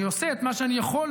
אני עושה את מה שאני יכול,